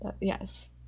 Yes